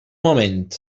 moment